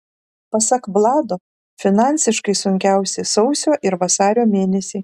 pasak vlado finansiškai sunkiausi sausio ir vasario mėnesiai